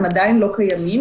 הם עדיין לא קיימים,